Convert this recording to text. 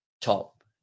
top